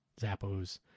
Zappos